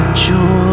joy